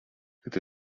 gdy